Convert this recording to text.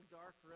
dark